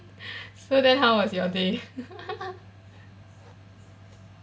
so then how was your day